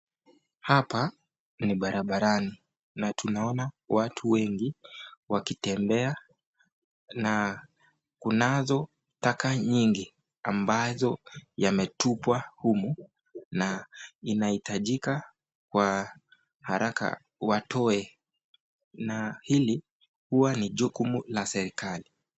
Hapa ni barabarani na tunaona watu wengi wakitembea na kunazo taka nyingi ambazo yametupwa humu na inahitajika kwa haraka watoe na hili huwa ni jukumu la serikali.